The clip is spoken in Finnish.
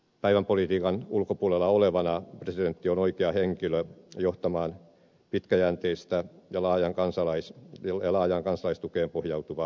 päivänpolitiikan ulkopuolella olevana presidentti on oikea henkilö johtamaan pitkäjänteistä ja laajaan kansalaistukeen pohjautuvaa ulkopolitiikkaa